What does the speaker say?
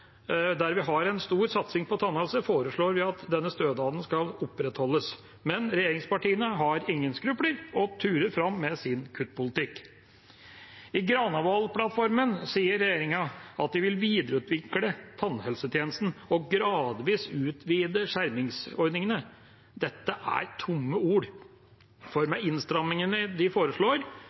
der vi har en stor satsing på tannhelse, foreslår vi at denne stønaden skal opprettholdes. Men regjeringspartiene har ingen skrupler og turer fram med sin kuttpolitikk. I Granavolden-plattformen sier regjeringa at de vil videreutvikle tannhelsetjenesten og gradvis utvide skjermingsordningene. Dette er tomme ord, for med innstrammingene de foreslår